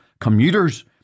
commuters